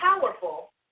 powerful